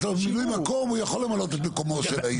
במילוי מקום הוא יכול למלא את מקומו של האיש שלו.